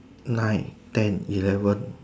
nine ten eleven